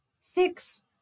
Six